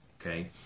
okay